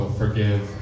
forgive